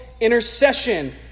intercession